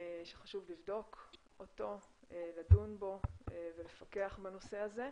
שחשוב לבדוק אותו, לדון בו ולפקח בנושא הזה.